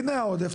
הנה העודף,